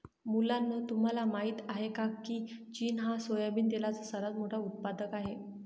मुलांनो तुम्हाला माहित आहे का, की चीन हा सोयाबिन तेलाचा सर्वात मोठा उत्पादक आहे